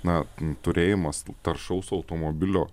na turėjimas taršaus automobilio